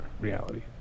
reality